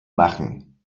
machen